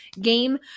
game